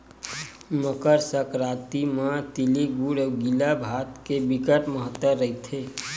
मकर संकरांति म तिली गुर अउ गिला भात के बिकट महत्ता रहिथे